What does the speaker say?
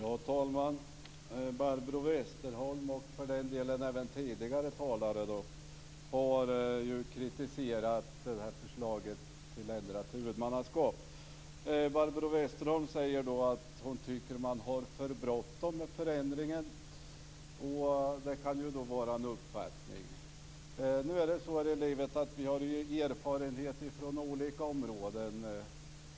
Herr talman! Barbro Westerholm och för den delen även tidigare talare har kritiserat förslaget till ändrat huvudmannaskap. Barbro Westerholm säger att hon tycker att man har för bråttom med förändringen. Det kan vara en uppfattning. Nu är det så här i livet att vi har erfarenhet från olika områden.